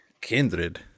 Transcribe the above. kindred